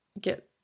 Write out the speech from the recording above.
get